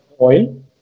oil